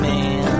Man